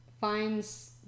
finds